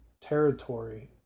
territory